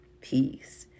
peace